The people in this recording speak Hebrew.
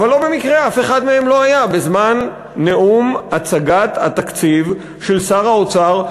אבל לא במקרה אף אחד מהם לא היה בזמן נאום הצגת התקציב של שר האוצר,